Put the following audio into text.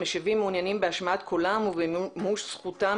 המשיבים מעוניינים בהשמעת קולם ובמימוש זכותם